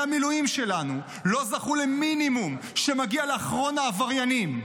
המילואים שלנו לא זכו למינימום שמגיע לאחרון העבריינים,